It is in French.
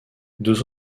deux